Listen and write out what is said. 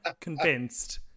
convinced